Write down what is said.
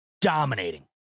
dominating